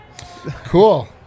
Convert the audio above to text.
Cool